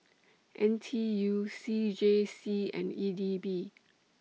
N T U C J C and E D B